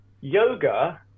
Yoga